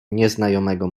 nieznajomego